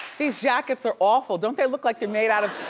these jackets are awful. don't they look like they're made out of